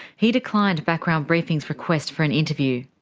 he declined background briefing's request for an interview.